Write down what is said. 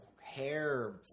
hair